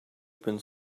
open